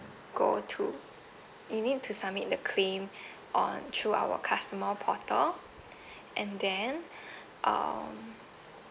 go to you need to submit the claim on through our customer portal and then um